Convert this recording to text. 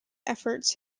efforts